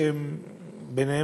שבהם,